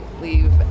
leave